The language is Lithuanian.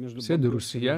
ir sėdi rūsyje